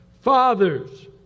Fathers